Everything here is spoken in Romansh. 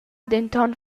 denton